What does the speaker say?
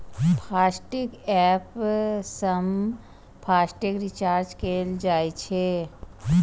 FASTag app सं FASTag recharge कैल जा सकै छै